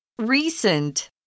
Recent